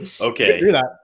Okay